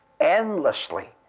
endlessly